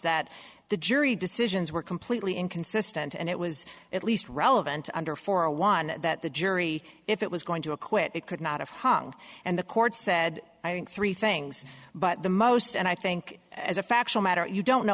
that the jury decisions were completely inconsistent and it was at least relevant under for a while and that the jury if it was going to acquit it could not have hung and the court said i think three things but the most and i think as a factual matter you don't know